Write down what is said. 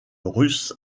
russe